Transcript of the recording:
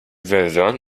version